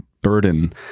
burden